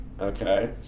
Okay